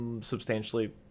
substantially